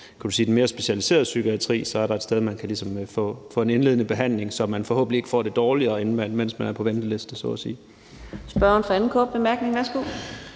der er i den mere specialiserede psykiatri, og så er der et sted, man kan få en indledende behandling, så man forhåbentlig ikke får det dårligere, mens man er på venteliste. Kl. 17:42 Fjerde næstformand